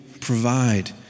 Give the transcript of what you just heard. provide